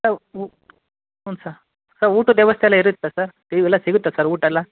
sir ಊ ಹ್ಞೂ sir sir ಊಟದ ವ್ಯವಸ್ಥೆ ಎಲ್ಲ ಇರುತ್ತಾ ಸರ್ ಎಲ್ಲ ಸಿಗುತ್ತಾ ಸರ್ ಊಟ ಎಲ್ಲ